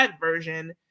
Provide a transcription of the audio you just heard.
version